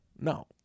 No